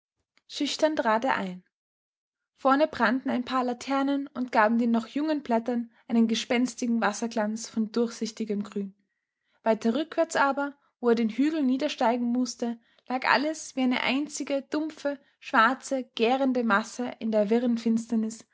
schüchtern trat er ein vorne brannten ein paar laternen und gaben den noch jungen blättern einen gespenstigen wasserglanz von durchsichtigem grün weiter rückwärts aber wo er den hügel niedersteigen mußte lag alles wie eine einzige dumpfe schwarze gärende masse in der wirren finsternis